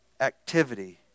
activity